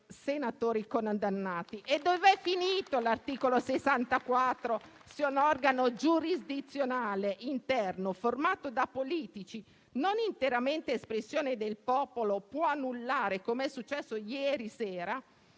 E dov'è finito l'articolo 64 se un organo giurisdizionale interno, formato da politici non interamente espressione del popolo può annullare, come è successo ieri sera,